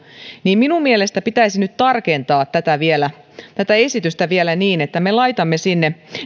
niin minun mielestäni pitäisi nyt tarkentaa tätä esitystä vielä niin että me laitamme sinne